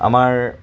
আমাৰ